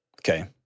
Okay